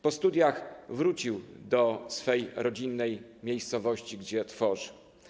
Po studiach wrócił do swej rodzinnej miejscowości, gdzie tworzył.